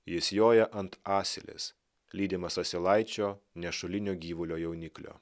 jis joja ant asilės lydimas asilaičio nešulinio gyvulio jauniklio